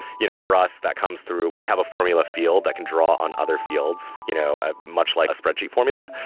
you know for us, that comes through we have a formula field that can draw on other fields, you know ah much like a spreadsheet formula.